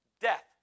death